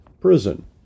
prison